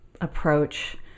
approach